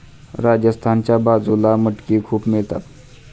राजस्थानच्या बाजूला मटकी खूप मिळतात